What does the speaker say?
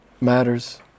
matters